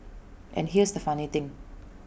and here's the funny thing